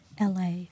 LA